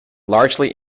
largely